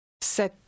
Sept